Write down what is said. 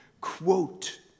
Quote